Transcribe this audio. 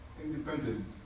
independent